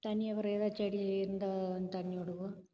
தண்ணி அப்புறம் எதாவது செடி இருந்தால் அந்த தண்ணி விடுவோம்